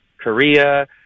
Korea